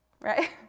Right